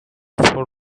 for